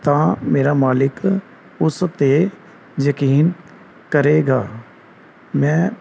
ਤਾਂ ਮੇਰਾ ਮਾਲਕ ਉਸ 'ਤੇ ਯਕੀਨ ਕਰੇਗਾ ਮੈਂ